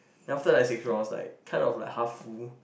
then after the six rounds like kind of like half full